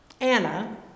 Anna